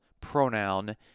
pronoun